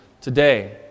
today